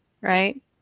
right